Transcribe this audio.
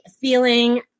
feeling